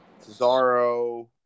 Cesaro